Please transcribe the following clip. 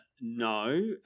no